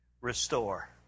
Restore